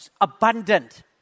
abundant